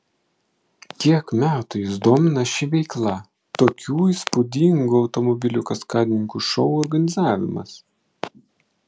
kiek metų jus domina ši veikla tokių įspūdingų automobilių kaskadininkų šou organizavimas